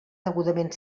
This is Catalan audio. degudament